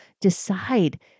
decide